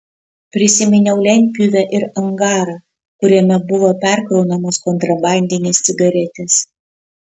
prisiminiau lentpjūvę ir angarą kuriame buvo perkraunamos kontrabandinės cigaretės